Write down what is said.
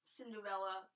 Cinderella